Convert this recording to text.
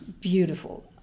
beautiful